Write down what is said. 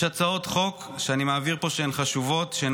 לרשותך חמש דקות, בבקשה.